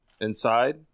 inside